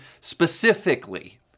specifically